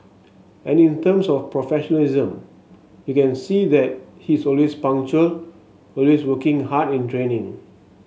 and in terms of professionalism you can see that he is always punctual always working hard in training